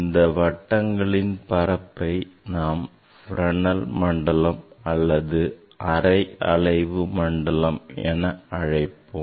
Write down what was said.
இந்த வட்டங்களின் பரப்பை நாம் Fresnel மண்டலம் அல்லது அரை அலைவு நேரம் மண்டலம் என அழைக்கலாம்